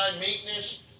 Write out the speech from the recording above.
Meekness